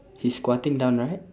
he's squatting down right